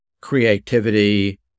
creativity